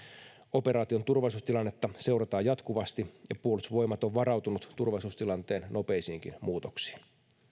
operaation turvallisuustilannetta seurataan jatkuvasti ja puolustusvoimat on varautunut turvallisuustilanteen nopeisiinkin muutoksia